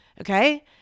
Okay